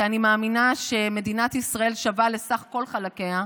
כי אני מאמינה שמדינת ישראל שווה לסך כל חלקיה,